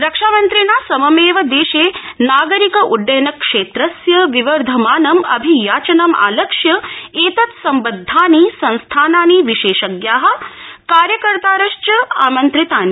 रक्षामन्त्रिणा सममेव ऐशे नागरिक उड्डयन क्षेत्रस्य विवर्धमानं अभियाचनं आलक्ष्य एतत्सम्बद्धानि संस्थानानि विशेषज्ञा कार्यकर्त्तारश्च आमन्त्रितानि